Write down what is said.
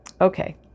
Okay